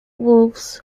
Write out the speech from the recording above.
wolves